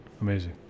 amazing